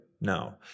no